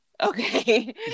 okay